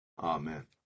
Amen